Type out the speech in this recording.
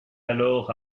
alors